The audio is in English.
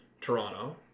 Toronto